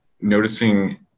noticing